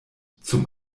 zum